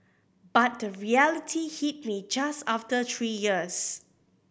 but the reality hit me just after three years